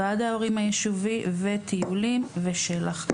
ועד ההורים היישובי וטיולים ושל"ח.